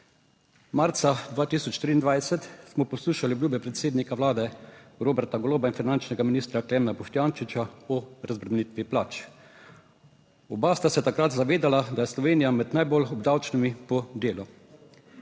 Marca 2023 smo poslušali obljube predsednika Vlade Roberta Goloba in finančnega ministra Klemna Boštjančiča o razbremenitvi plač. Oba sta se takrat zavedala, da je Slovenija med najbolj obdavčenimi po delu,